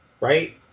right